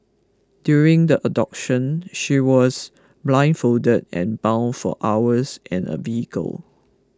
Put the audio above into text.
during the abduction she was blindfolded and bound for hours in a vehicle